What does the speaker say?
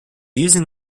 using